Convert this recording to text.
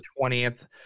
20th